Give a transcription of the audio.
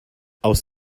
aus